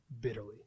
bitterly